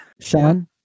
Sean